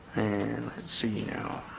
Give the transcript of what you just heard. and c, you